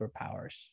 superpowers